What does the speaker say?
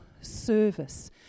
service